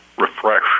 refresh